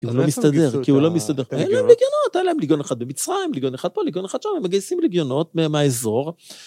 כי הוא לא מסתדר, כי הוא לא מסתדר. היה להם לגיונות, היה להם לגיון אחד במצרים, לגיון אחד פה, לגיון אחד שם, הם מגייסים לגיונות מהאזור.